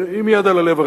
עם יד על הלב,